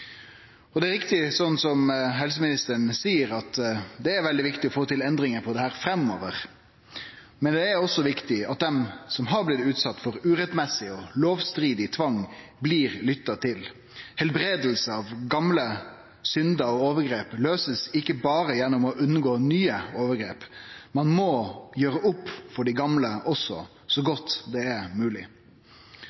Det er riktig som helseministeren seier, at det er veldig viktig å få til endringar på dette framover. Men det er også viktig at dei som har blitt utsette for urettmessig og lovstridig tvang, blir lytta til. Læking av gamle synder og overgrep skjer ikkje berre gjennom å unngå nye overgrep, ein må gjere opp for dei gamle også, så